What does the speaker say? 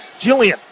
Jillian